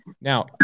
Now